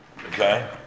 okay